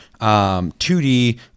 2d